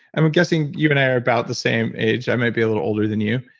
i'm guessing you and i are about the same age. i might be a little older than you,